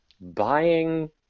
buying